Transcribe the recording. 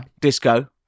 disco